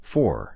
Four